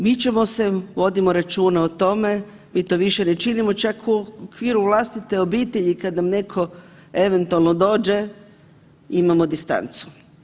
Mi ćemo se, vodimo računa o tome, mi to više ne činimo čak u okviru vlastite obitlji kad nam neko eventualno dođe, imamo distancu.